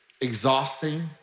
exhausting